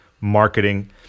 marketing